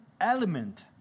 element